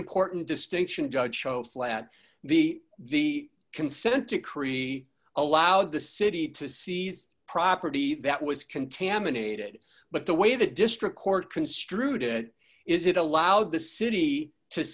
important distinction judge show flat the the consent decree allowed the city to seize property that was contaminated but the way the district court construed it is it allowed the city to